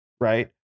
right